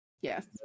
Yes